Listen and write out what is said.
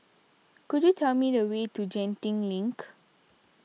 could you tell me the way to Genting Link